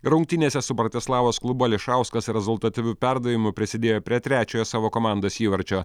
rungtynėse su bratislavos klubu ališauskas rezultatyviu perdavimu prisidėjo prie trečiojo savo komandos įvarčio